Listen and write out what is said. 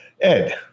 Ed